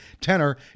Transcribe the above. tenor